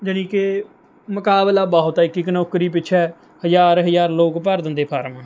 ਜਾਣੀ ਕਿ ਮੁਕਾਬਲਾ ਬਹੁਤ ਹੈ ਇੱਕ ਇੱਕ ਨੌਕਰੀ ਪਿੱਛੇ ਹਜ਼ਾਰ ਹਜ਼ਾਰ ਲੋਕ ਭਰ ਦਿੰਦੇ ਫਾਰਮ